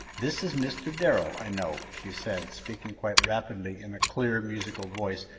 this is mr. darrell, i know, she said, speaking quite rapidly in a clear, musical voice,